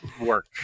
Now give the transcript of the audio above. work